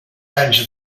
anys